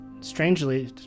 Strangely